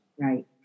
Right